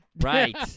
Right